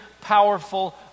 powerful